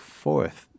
fourth